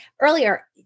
earlier